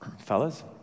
fellas